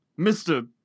Mr